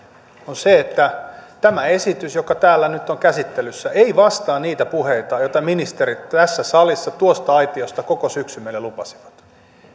on se että tämä esitys joka täällä nyt on käsittelyssä ei vastaa niitä puheita joita ministerit tässä salissa tuosta aitiosta koko syksyn meille lupasivat